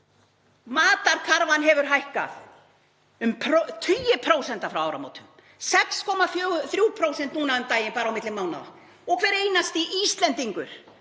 Matarkarfan hefur hækkað um tugi prósenta frá áramótum; 6,43% núna um daginn bara á milli mánaða. Og hver einasti Íslendingur,